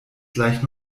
gleich